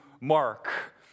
Mark